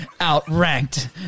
Outranked